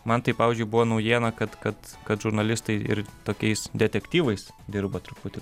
man tai pavyzdžiui buvo naujiena kad kad kad žurnalistai ir tokiais detektyvais dirba truputį